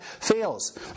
fails